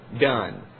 done